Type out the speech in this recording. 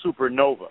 supernova